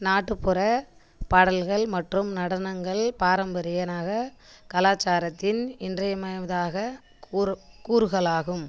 நாட்டுப்புற பாடல்கள் மற்றும் நடனங்கள் பாரம்பரியனாக கலாச்சாரத்தின் இன்றியமையாதாக கூறு கூறுகளாகும்